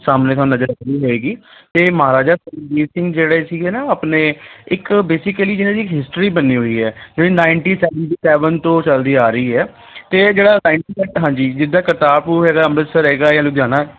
ਸਾਹਮਣੇ ਤੁਹਾਨੂੰ ਨਜ਼ਰ ਰੱਖਣੀ ਪਵੇਗੀ ਅਤੇ ਮਹਾਰਾਜਾ ਰਣਜੀਤ ਸਿੰਘ ਜਿਹੜੇ ਸੀਗੇ ਨਾ ਉਹ ਆਪਣੇ ਇੱਕ ਬੇਸਿਕਲੀ ਜਿਹਨਾਂ ਦੀ ਇੱਕ ਹਿਸਟਰੀ ਬਣੀ ਹੋਈ ਹੈ ਜਿਹੜੀ ਨਾਈਨਟੀ ਸੈਵਨਟੀ ਸੈਵਨ ਤੋਂ ਚੱਲਦੀ ਆ ਰਹੀ ਹੈ ਅਤੇ ਇਹ ਜਿਹੜਾ ਨਾਈਨਟੀ ਤੱਕ ਹਾਂਜੀ ਜਿੱਦਾਂ ਕਰਤਾਰਪੁਰ ਹੈਗਾ ਅੰਮ੍ਰਿਤਸਰ ਹੈਗਾ ਜਾਂ ਲੁਧਿਆਣਾ